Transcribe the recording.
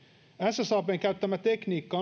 ssabn käyttämä tekniikka